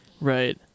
Right